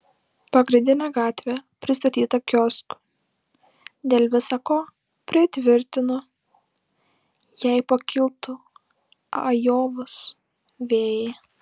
pagrindinė gatvė pristatyta kioskų dėl visa ko pritvirtintų jei pakiltų ajovos vėjai